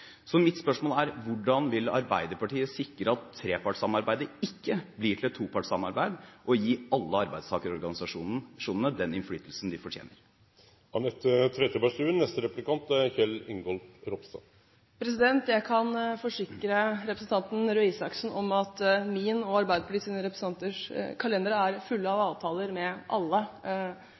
Så mitt spørsmål er: Hvordan vil Arbeiderpartiet sikre at trepartssamarbeidet ikke blir til et topartssamarbeid, og gi alle arbeidstakerorganisasjonene den innflytelsen de fortjener? Jeg kan forsikre representanten Røe Isaksen om at min og Arbeiderpartiets representanters kalendere er fulle av avtaler med alle